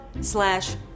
slash